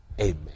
Amen